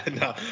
no